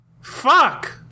Fuck